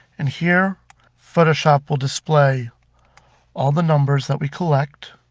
and here photoshop will display all the numbers that we collect.